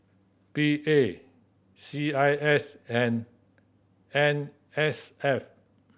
P A C I S and N S F